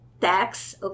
tax